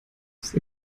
ist